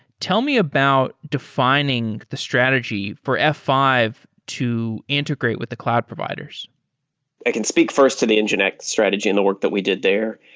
tell me about defining the strategy for f five to integrate with the cloud providers i can speak first to the nginx strategy and the work that we did there.